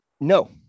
no